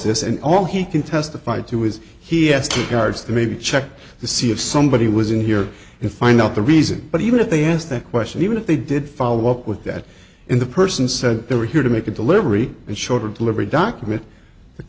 this and all he can testify to is he has two guards to maybe check to see if somebody was in here and find out the reason but even if they asked that question even if they did follow up with that in the person said they were here to make a delivery and shorter delivery document